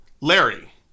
Larry